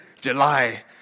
July